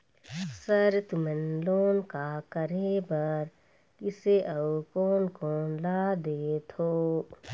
Sir तुमन loan का का करें बर, किसे अउ कोन कोन ला देथों?